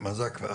מה זה הכפלה?